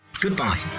goodbye